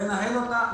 לנהל אותה --- בסדר.